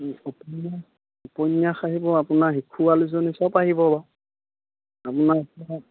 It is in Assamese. উপন্যাস উপন্যাস আহিব আপোনাৰ শিশু আলোচনী চব আহিব বাৰু